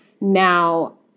Now